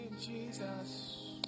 Jesus